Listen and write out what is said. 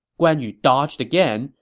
guan yu dodged again,